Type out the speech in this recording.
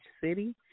city